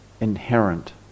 inherent